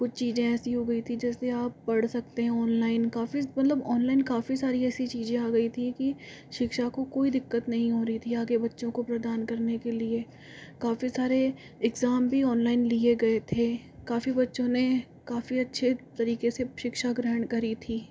कुछ चीज़ें ऐसी हो गई थी जैसे आप पढ़ सकते है ऑनलाइन काफ़ी मतलब ऑनलाइन काफ़ी सारी चीज़ें ऐसी आ गई थी कि शिक्षा को कोई दिक्कत नहीं हो रही थी आगे बच्चों को प्रदान करने के लिए काफ़ी सारे ईग्जाम भी ऑनलाइन लिए गए थे काफ़ी बच्चों ने काफी अच्छे तरीके से शिक्षा ग्रहण करी थी